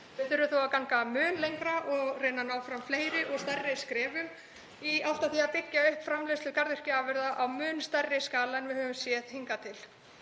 Við þurfum að ganga mun lengra og reyna að ná fram fleiri og stærri skrefum í átt að því að byggja upp framleiðslu garðyrkjuafurða á mun stærri skala en við höfum séð hingað til.